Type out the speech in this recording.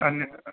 अन्य